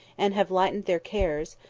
and have lightened their cares,